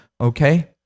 okay